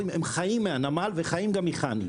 הם חיים מהנמל ומחנ"י.